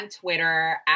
Twitter